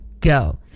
go